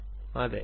വിദ്യാർത്ഥി അതെ